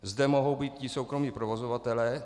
Zde mohou být i soukromí provozovatelé.